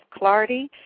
Clardy